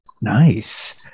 Nice